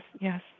Yes